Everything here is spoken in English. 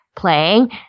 playing